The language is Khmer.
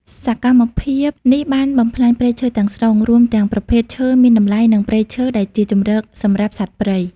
សកម្មភាពនេះបានបំផ្លាញព្រៃឈើទាំងស្រុង រួមទាំងប្រភេទឈើមានតម្លៃ និងព្រៃឈើដែលជាជម្រកសម្រាប់សត្វព្រៃ។